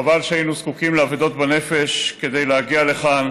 חבל שהיינו זקוקים לאבדות בנפש כדי להגיע לכאן.